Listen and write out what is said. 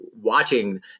watching